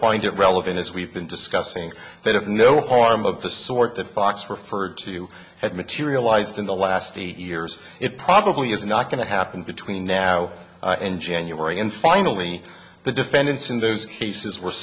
find it relevant as we've been discussing that of no harm of the sort that fox referred to had materialized in the last eight years it probably is not going to happen between now in january and finally the defendants in those cases were